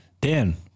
Dan